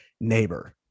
neighbor